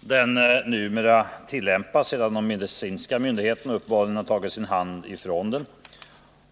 den numera tillämpas, sedan de medicinska myndigheterna uppenbarligen tagit sin hand ifrån den.